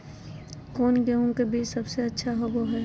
कौन गेंहू के बीज सबेसे अच्छा होबो हाय?